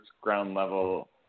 ground-level